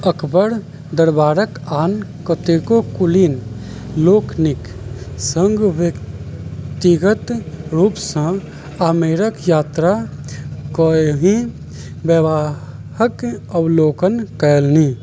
अकबर दरबारक आन कतेको कुलीन लोकनिक सङ्ग व्यक्तिगत रूपसँ आमेरक यात्रा कऽ एहि वैवाहक अवलोकन कएलनि